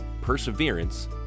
perseverance